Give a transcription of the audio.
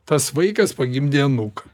tas vaikas pagimdė anūką